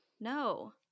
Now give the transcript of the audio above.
No